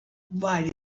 why